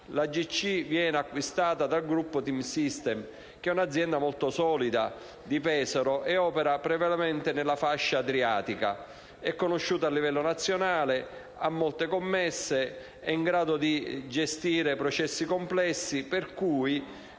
L'ACG viene acquistata dal gruppo TeamSystem, che è un'azienda molto solida di Pesaro e che opera prevalentemente nella fascia adriatica. È conosciuta a livello nazionale, ha molte commesse ed è in grado di gestire processi complessi. Per cui,